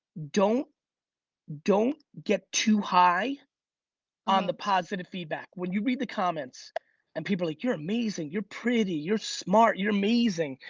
don't don't get too high on the positive feedback. when you read the comments and people are like, you're amazing, you're pretty, you're smart, you're amazing,